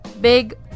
Big